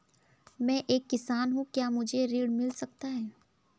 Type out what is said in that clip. मैं एक किसान हूँ क्या मुझे ऋण मिल सकता है?